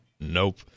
Nope